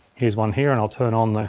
here's one here and i'll turn on like